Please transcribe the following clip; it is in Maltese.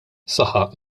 saħaq